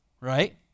Right